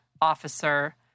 officer